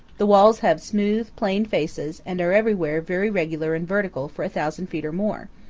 the walls have smooth, plain faces and are everywhere very regular and vertical for a thousand feet or more,